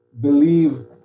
believe